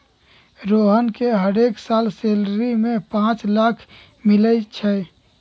रोहन के हरेक साल सैलरी में पाच लाख मिलई छई